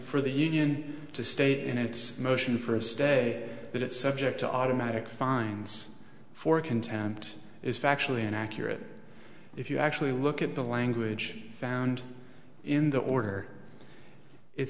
for the union to stay in its motion for a stay but it's subject to automatic fines for contempt is factually inaccurate if you actually look at the language found in the order it